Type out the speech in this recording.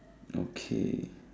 okay